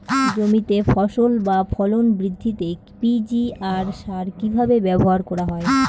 জমিতে ফসল বা ফলন বৃদ্ধিতে পি.জি.আর সার কীভাবে ব্যবহার করা হয়?